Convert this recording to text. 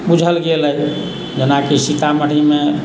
बुझल गेल अइ जेनाकि सीतामढ़ीमे